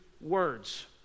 words